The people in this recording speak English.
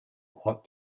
what